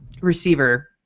receiver